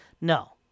No